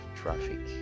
traffic